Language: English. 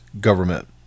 government